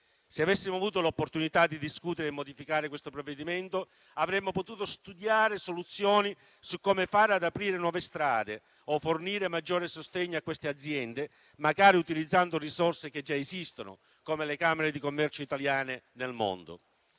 Se avessimo avuto l'opportunità di discutere e modificare questo provvedimento, avremmo potuto studiare soluzioni su come fare ad aprire nuove strade o fornire maggiore sostegno a queste aziende, magari utilizzando risorse che già esistono, come le camere di commercio italiane nel mondo.